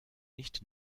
nicht